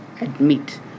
admit